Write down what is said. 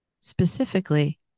Specifically